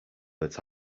that